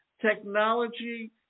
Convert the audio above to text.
technology